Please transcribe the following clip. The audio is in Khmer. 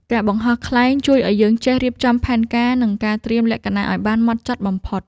ការបង្ហោះខ្លែងជួយឱ្យយើងចេះរៀបចំផែនការ និងការត្រៀមលក្ខណៈឱ្យបានហ្មត់ចត់បំផុត។